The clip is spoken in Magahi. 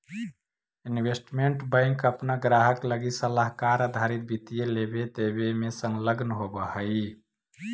इन्वेस्टमेंट बैंक अपना ग्राहक लगी सलाहकार आधारित वित्तीय लेवे देवे में संलग्न होवऽ हई